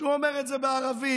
ואומר את זה בערבית.